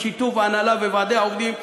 בשיתוף ההנהלה וועדי העובדים,